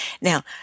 now